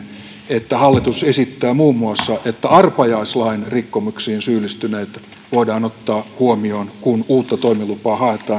että hallitus esittää muun muassa että arpajaislain rikkomuksiin syyllistyneet voidaan ottaa huomioon kun uutta toimilupaa haetaan